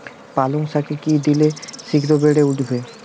পালং শাকে কি দিলে শিঘ্র বেড়ে উঠবে?